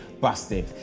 Busted